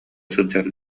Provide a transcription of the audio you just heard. сылдьар